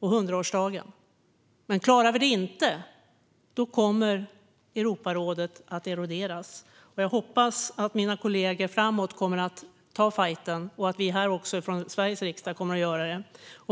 100-årsdagen. Klarar vi det inte kommer Europarådet att eroderas. Jag hoppas att mina kollegor kommer att ta fajten framöver och att vi från Sveriges riksdag kommer att göra det.